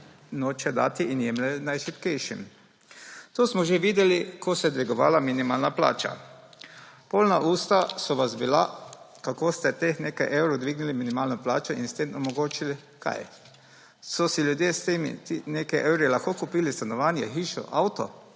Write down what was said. nočejo dati in jemljejo najšibkejšim. To smo že videli, ko se je dvigovala minimalna plača. Polna usta so vas bila, kako ste za teh nekaj evrov dvignili minimalno plačo in s tem omogočili – kaj? So si ljudje s temi nekaj evri lahko kupili stanovanje, hišo, avto?